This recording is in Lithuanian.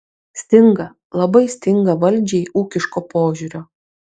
stinga labai stinga valdžiai ūkiško požiūrio